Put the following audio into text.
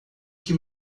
que